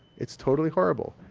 it's totally horrible.